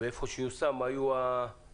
והיכן שהוא יושם, מה היו התמורות?